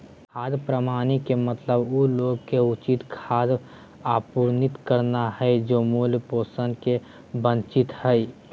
खाद्य प्रणाली के मतलब उ लोग के उचित खाद्य आपूर्ति करना हइ जे मूल पोषण से वंचित हइ